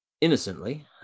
innocently